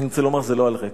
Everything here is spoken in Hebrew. אני רוצה לומר שזה לא על ריק: